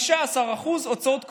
15% הוצאות קבועות.